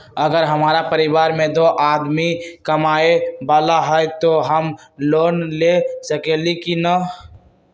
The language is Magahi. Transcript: अगर हमरा परिवार में दो आदमी कमाये वाला है त हम लोन ले सकेली की न?